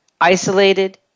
isolated